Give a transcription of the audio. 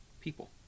people